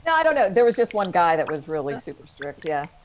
i don't know. there was just one guy that was really super strict. yeah.